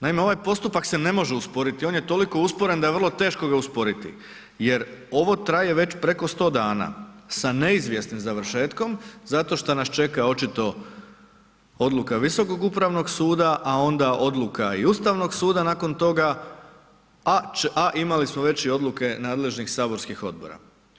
Naime, ovaj postupak se ne može usporiti, on je toliko usporen da je vrlo teško ga usporiti jer ovo traje već preko 100 dana sa neizvjesnim završetkom zato šta nas čeka očito odluka Visokog upravnog suda, a onda odluka i Ustavnog suda nakon toga, a imali smo već i odluke nadležnim saborskim odbora.